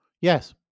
Yes